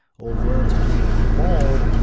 or weren't playing ball,